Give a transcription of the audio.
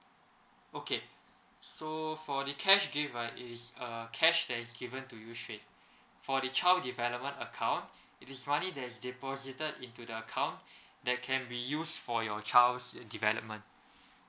okay so for the cash gift right it is err cash that is given to you straight for the child development account it is money there's deposited into the account that can be used for your child's development